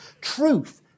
Truth